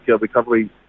recovery